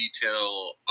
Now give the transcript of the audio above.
detail